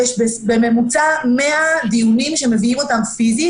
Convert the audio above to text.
יש בממוצע 100 דיונים שמביאים אותם פיזית,